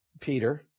Peter